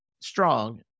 strong